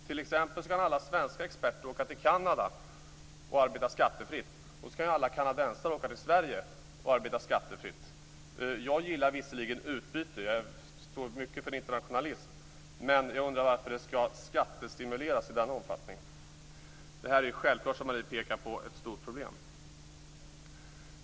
Alla svenska experter kan t.ex. åka till Kanada och arbeta skattefritt, och så kan ju alla kanadensare åka till Sverige och arbeta skattefritt. Jag gillar visserligen utbyte. Jag står mycket för internationalism. Men jag undrar varför det skall skattestimuleras i den omfattningen. Det här är självfallet, som Marie pekar på, ett stort problem.